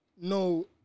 no